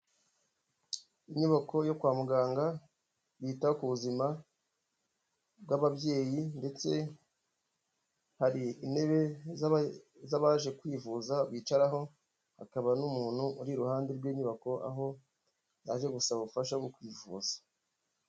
Inyubako yo kwa muganga yita ku buzima bw'ababyeyi ndetse hari intebe z'abaje kwivuza bicaraho, hakaba n'umuntu uri iruhande rw'inyubako, aho yaje gusaba ubufasha bwo kwivuza.